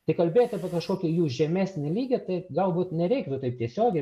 tai kalbėt apie kažkokį jų žemesnį lygį tai galbūt nereiktų taip tiesiogiai